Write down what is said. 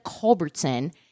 Culbertson